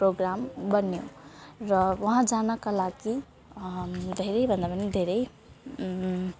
programme बन्यो र वहाँ जानका लागि धेरैभन्दा पनि धेरै